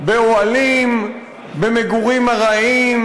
אדוני היושב-ראש,